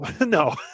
no